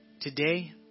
Today